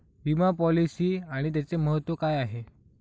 विमा पॉलिसी आणि त्याचे महत्व काय आहे?